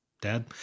dad